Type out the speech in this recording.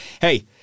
Hey